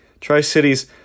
Tri-Cities